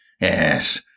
Yes